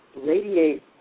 radiate